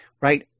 right